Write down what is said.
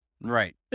Right